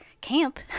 camp